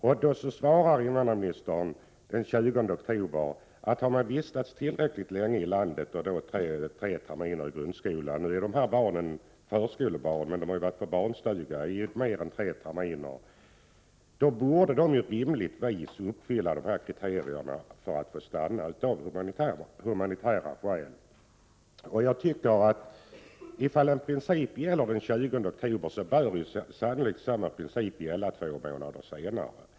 Den 20 oktober uttalade invandrarministern att om familjen vistats tillräckligt länge i landet och barnen gått tre terminer i grundskolan får familjen stanna i Sverige. Barnen är i de här fallen förskolebarn, men de har varit på barnstuga i mer än tre terminer. De borde då rimligtvis uppfylla kriterierna för att få stanna av humanitära skäl. Om en princip gäller den 20 oktober bör den också gälla två månader senare.